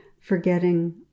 forgetting